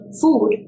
food